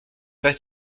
pas